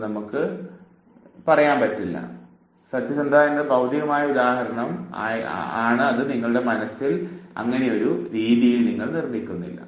എന്നാൽ സത്യസന്ധത എന്നത് ഭൌതികമായ ഉദാഹരണം നിങ്ങളുടെ മനസ്സിൽ നിർമിക്കുന്നില്ല